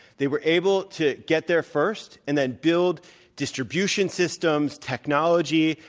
they were able to get there first and then build distribution systems, technology.